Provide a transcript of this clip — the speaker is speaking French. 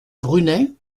brunet